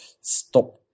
stop